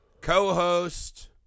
co-host